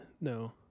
No